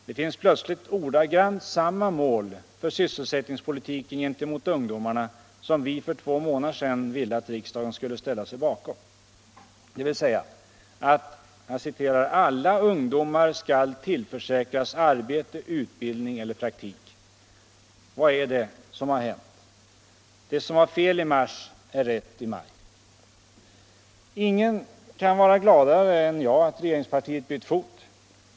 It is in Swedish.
Där finns plötsligt ordagrant samma mål för sysselsättningspolitiken gentemot ungdomarna som vi för två månader sedan ville att riksdagen skulle ställa sig bakom, dvs. att ”alla ungdomar skall tillförsäkras arbete, utbildning eller praktik”. Vad är det som har hänt? Det som var fel i mars är rätt i maj. Ingen kan vara gladare än jag att regeringspartiet bytt fot.